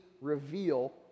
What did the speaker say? reveal